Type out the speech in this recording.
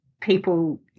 people